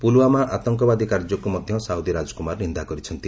ପୁଲଓ୍ୱାମା ଆତଙ୍କବାଦୀ କାର୍ଯ୍ୟକୁ ମଧ୍ୟ ସାଉଦି ରାଜକୁମାର ନିନ୍ଦା କରିଛନ୍ତି